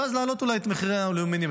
ואז להעלות אולי את מחירי האלומיניום.